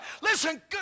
Listen